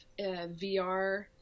VR